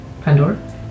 Pandora